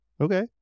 Okay